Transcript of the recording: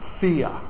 fear